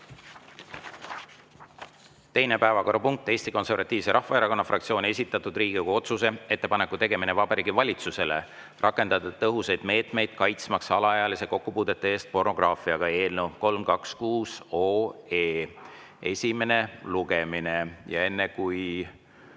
Teine päevakorrapunkt on Eesti Konservatiivse Rahvaerakonna fraktsiooni esitatud Riigikogu otsuse "Ettepaneku tegemine Vabariigi Valitsusele rakendada tõhusaid meetmeid kaitsmaks alaealisi kokkupuudete eest pornograafiaga" eelnõu 326 esimene lugemine. Enne kui